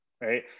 right